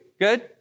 Good